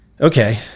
okay